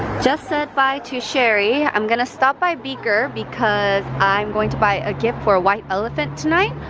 just said bye to sherry. i'm going to stop by beaker, because i'm going to buy a gift for a white elephant tonight.